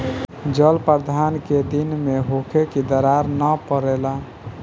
जल प्रबंधन केय दिन में होखे कि दरार न परेला?